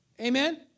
Amen